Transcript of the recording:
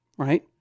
Right